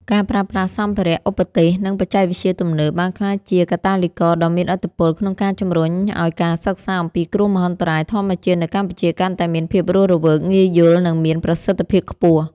ការប្រើប្រាស់សម្ភារ:ឧបទេស និងបច្ចេកវិទ្យាទំនើប បានក្លាយជាកាតាលីករដ៏មានឥទ្ធិពលក្នុងការជំរុញឱ្យការសិក្សាអំពីគ្រោះមហន្តរាយធម្មជាតិនៅកម្ពុជា កាន់តែមានភាពរស់រវើក ងាយយល់ និងមានប្រសិទ្ធភាពខ្ពស់។